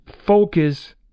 focus